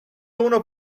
اونو